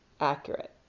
accurate